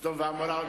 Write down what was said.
סדום ועמורה,